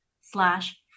slash